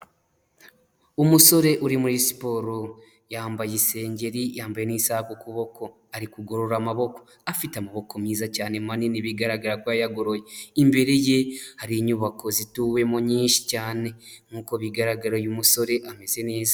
Umusore uri muri siporo yambaye isengeri yambaye n'isaha k'ukuboko ari kugorora amaboko afite amaboko meza cyane manini bigaragara ko yayagoroye imbere ye hari inyubako zituwemo nyinshi cyane nk'uko bigaragara uyu umusore ameze neza.